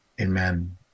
Amen